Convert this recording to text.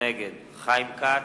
נגד חיים כץ,